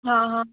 हा हा